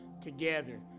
together